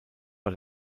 war